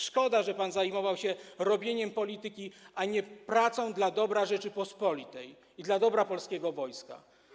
Szkoda, że pan zajmował się robieniem polityki, a nie pracą dla dobra Rzeczypospolitej i dla dobra polskiego wojska.